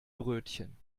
brötchen